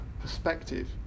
perspective